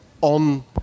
on